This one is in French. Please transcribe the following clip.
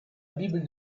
bible